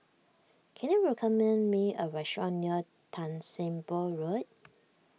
can you recommend me a restaurant near Tan Sim Boh Road